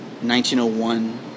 1901